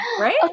right